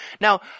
Now